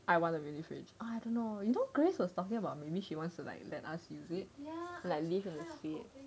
I want the mini fridge uh I don't know you know grace was talking about maybe she wants to let us use it ya like leave her fridge